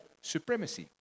supremacy